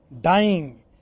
dying